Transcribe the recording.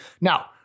Now